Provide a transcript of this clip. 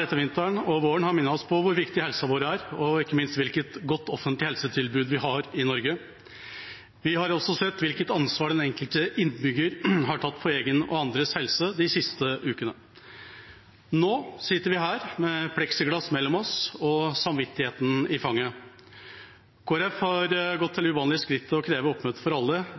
ettervinteren og våren har minnet oss på hvor viktig helsa vår er, og ikke minst hvilket godt offentlig helsetilbud vi har i Norge. Vi har også sett hvilket ansvar den enkelte innbygger har tatt for egen og andres helse de siste ukene. Nå sitter vi her, med pleksiglass mellom oss og samvittigheten i fanget. Kristelig Folkeparti har gått til det uvanlige skritt å kreve oppmøte for alle,